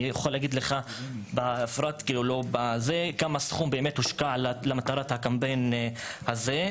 אני יכול להגיד לך מה בדיוק הסכום שהושקע למטרת הקמפיין הזה,